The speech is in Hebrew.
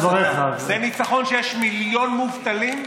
זה ניצחון שיש מיליון מובטלים?